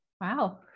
Wow